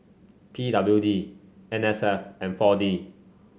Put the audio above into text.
P W D N S F and four D